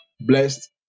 Blessed